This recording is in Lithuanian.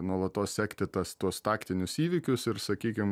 nuolatos sekti tas tuos taktinius įvykius ir sakykim